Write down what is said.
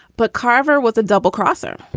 but carver was a double crosser.